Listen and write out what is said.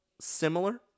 similar